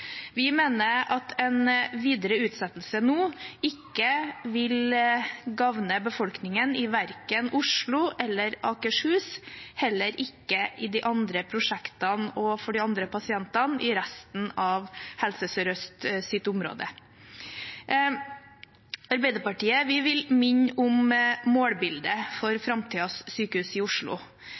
Vi mener at en videre utsettelse nå ikke vil gagne befolkningen verken i Oslo eller Akershus, og heller ikke de andre prosjektene og de andre pasientene i resten av Helse Sør-Østs område. Arbeiderpartiet vil minne om målbildet for framtidens sykehus i Oslo.